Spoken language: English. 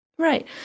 Right